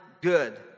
good